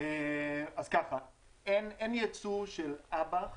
אין ייצוא של אב"כ.